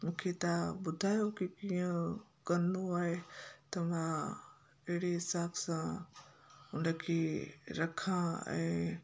मूंखे तव्हां ॿुधायो कि कीअं करिणो आहे त मां अहिड़े हिसाब सां हुनखे रखां ऐं